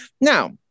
now